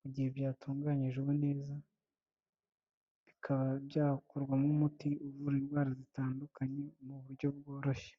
mu gihe byatunganyijwe neza, bikaba byakorwamo umuti uvura indwara zitandukanye mu buryo bworoshye.